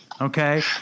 Okay